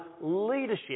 leadership